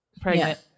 pregnant